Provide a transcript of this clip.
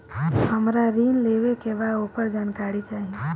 हमरा ऋण लेवे के बा वोकर जानकारी चाही